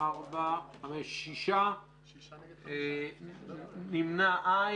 נגד, 6 לא אושרה.